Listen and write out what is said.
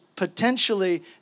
potentially